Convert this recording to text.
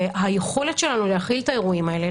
והיכולת שלנו להכיל את האירועים האלה,